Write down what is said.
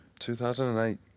2008